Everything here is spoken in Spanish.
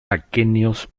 aquenios